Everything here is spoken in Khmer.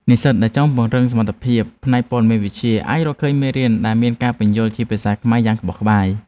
និស្សិតដែលចង់ពង្រឹងសមត្ថភាពផ្នែកព័ត៌មានវិទ្យាអាចរកឃើញមេរៀនដែលមានការពន្យល់ជាភាសាខ្មែរយ៉ាងក្បោះក្បាយ។